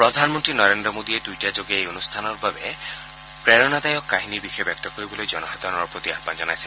প্ৰধানমন্ত্ৰী নৰেন্দ্ৰ মোডীয়ে টুইটাৰযোগে এই অনুষ্ঠানৰ বাবে প্ৰেৰণাদায়ক কাহিনীৰ বিষয়ে ব্যক্ত কৰিবলৈ জনসাধাৰণৰ প্ৰতি আয়ান জনাইছে